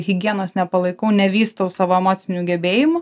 higienos nepalaikau nevystau savo emocinių gebėjimų